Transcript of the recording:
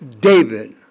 David